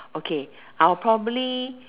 okay I'll probably